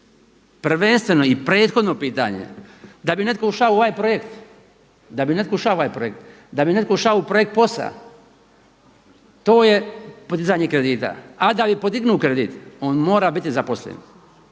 bi netko ušao u ovaj projekt, da bi netko ušao u ovaj projekt, da bi netko ušao u projekt POS-a, to je podizanje kredita. A da bi podignuo kredit on mora biti zaposlen.